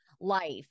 life